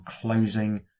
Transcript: closing